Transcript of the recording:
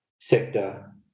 sector